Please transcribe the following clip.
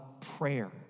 prayer